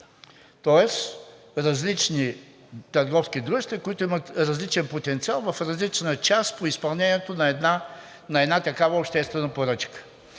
тоест различни търговски дружества, които имат различен потенциал в различна част по изпълнението на една такава обществена поръчка.